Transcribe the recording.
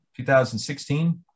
2016